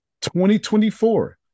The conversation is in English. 2024